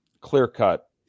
clear-cut